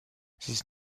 these